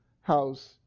house